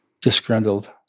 disgruntled